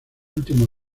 último